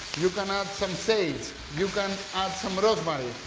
you can add some sage, you can add some rosemary,